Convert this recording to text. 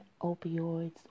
opioids